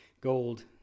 Gold